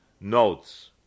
notes